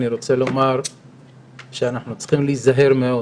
אני רוצה לומר שאנחנו צריכים להיזהר מאוד